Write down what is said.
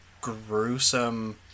gruesome